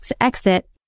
exit